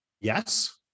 yes